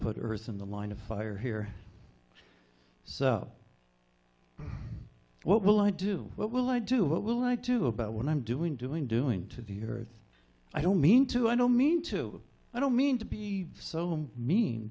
earth in the line of fire here so what will i do what will i do what will i do about what i'm doing doing doing to the earth i don't mean to i don't mean to i don't mean to be so